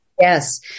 Yes